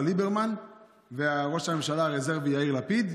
ליברמן וראש הממשלה הרזרבי יאיר לפיד,